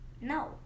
No